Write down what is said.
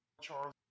Charles